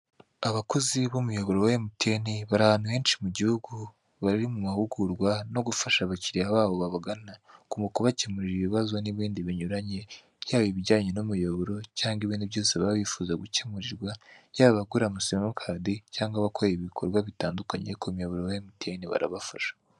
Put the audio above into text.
Abakozi b’umuyoboro wa MTN bari ahantu henshi mugihugu bari mu mahugurwa yo gufasha abakiriya babo babagana mukubakemurira ibibazo n’ibindi binyuranye byaba ibijyanye n’umuyoboro cyangwa ibindi byose baba bifuza gukemurirwa yaba gukorerwa ama simukadi cyangwa abakora ibikorwa bitandukanye k’umuyoboro wa MTN barabafasha.